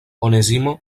onezimo